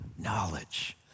knowledge